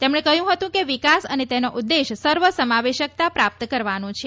તેમણે કહ્યું હતું કે વિકાસ અને તેનો ઉદ્દેશ સર્વસમાવેશકતા પ્રાપ્ત કરવાનો છે